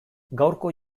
gaurko